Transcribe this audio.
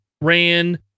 ran